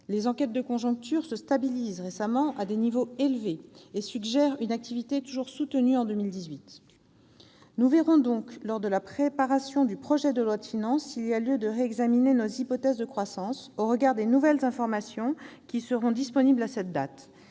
des enquêtes de conjoncture se stabilisent à des niveaux élevés et suggèrent que l'activité sera toujours soutenue en 2018. Nous verrons, lors de la préparation du projet de loi de finances, s'il y a lieu de réexaminer nos hypothèses de croissance au regard des nouvelles informations qui seront disponibles à cette date.